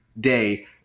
day